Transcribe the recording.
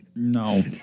No